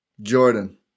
Jordan